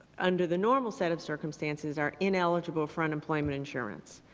under the normal set of circumstances are ineligible for unemployment insurance.